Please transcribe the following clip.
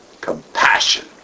compassion